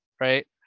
right